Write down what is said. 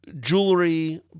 jewelry